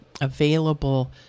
available